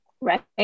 right